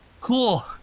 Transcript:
cool